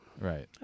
Right